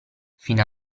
fino